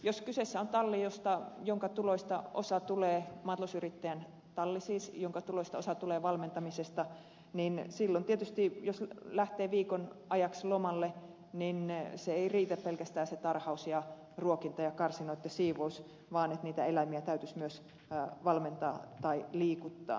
jos kyseessä on maatalousyrittäjän talli jonka tuloista osa tulee matus yrittää päälle siis jonka tulostaso tulee valmentamisesta niin silloin tietysti jos lähtee viikon ajaksi lomalle niin näin se ei riitä pelkästään se tarhaus ja ruokkiminen ja karsinoitten siivous ei pelkästään riitä vaan niitä eläimiä täytyisi myös valmentaa tai liikuttaa